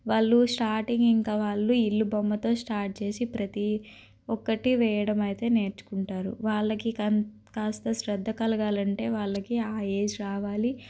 వాళ్ళు స్టార్టింగ్ ఇంకా వాళ్ళు ఇల్లు బొమ్మతో స్టార్ట్ చేసి ప్రతీ ఒక్కటీ వేయడం అయితే నేర్చుకుంటారు వాళ్ళకి కన్ కాస్త శ్రద్ధ కలగాలి అంటే వాళ్ళకి ఆ ఏజ్ రావాలి